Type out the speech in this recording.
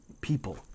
people